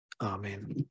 Amen